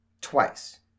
Twice